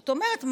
זאת אומרת,